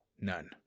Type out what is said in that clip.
None